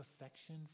affection